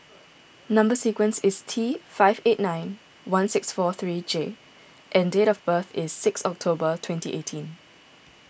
Number Sequence is T five eight nine one six four three J and date of birth is six October twenty eighteen